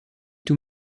tout